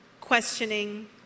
questioning